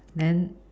then